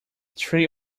three